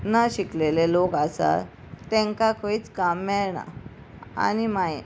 ना शिकलेले लोक आसा तांकां खंयच काम मेळना आनी मागीर